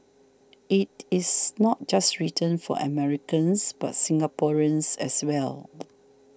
it is not just written for Americans but Singaporeans as well